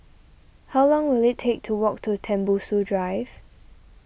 how long will it take to walk to Tembusu Drive